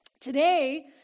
Today